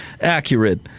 accurate